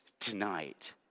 tonight